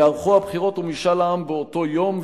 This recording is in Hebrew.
ייערכו הבחירות ומשאל העם באותו יום,